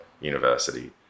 university